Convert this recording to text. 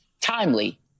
timely